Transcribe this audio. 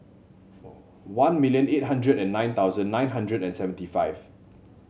one million eight hundred and nine thousand nine hundred and seventy five